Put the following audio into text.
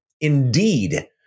indeed